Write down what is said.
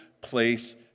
place